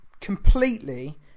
completely